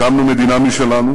הקמנו מדינה משלנו,